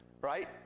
right